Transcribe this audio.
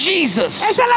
Jesus